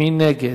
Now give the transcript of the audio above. מי נגד?